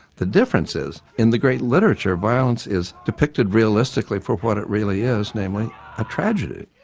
the difference is in the great literature violence is depicted realistically for what it really is, namely a tragedy.